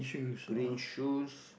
green shoes